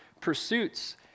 pursuits